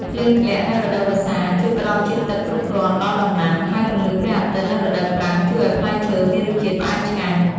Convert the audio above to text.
ភ្លៀងធ្លាក់នៅរដូវវស្សាជួយផ្តល់ជាតិទឹកគ្រប់គ្រាន់ដល់ដំណាំ ហើយពន្លឺព្រះអាទិត្យនៅរដូវប្រាំងជួយឲ្យផ្លែឈើមានរសជាតិផ្អែមឆ្ងាញ់។